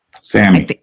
Sammy